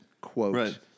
quote